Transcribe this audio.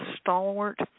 stalwart